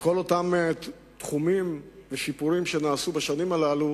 וכל אותם תחומים ושיפורים שנעשו בשנים הללו